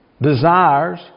desires